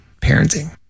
parenting